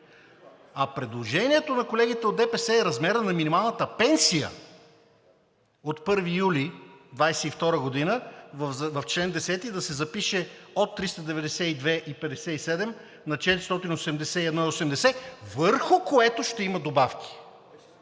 А предложението на колегите от ДПС е размерът на минималната пенсия от 1 юли 2022 г. в чл. 10 да се запише от 392,57 на 481,80, върху което ще има добавки.